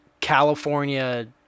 California